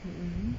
mmhmm